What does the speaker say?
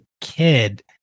kid